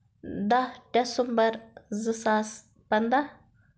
دَہ ڈیسمبر زٕ ساس پَنٛداہ